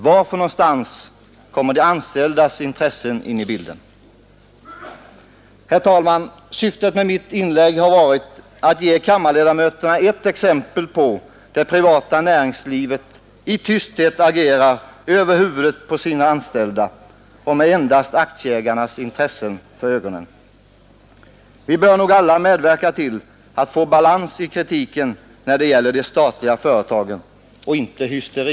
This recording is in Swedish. Var kommer de anställdas intressen in i bilden? Herr talman! Syftet med mitt inlägg har varit att ge kammarledamöterna ett exempel på hur det privata näringslivet i tysthet agerar över huvudet på sina anställda och med endast aktieägarnas intressen för ögonen. Vi bör nog alla medverka till att få balans i kritiken när det gäller de statliga företagen och undvika all hysteri.